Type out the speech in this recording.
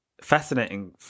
fascinating